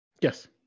Yes